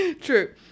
True